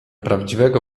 prawdziwego